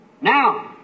Now